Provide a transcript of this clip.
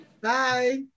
Bye